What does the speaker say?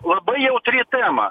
labai jautri tema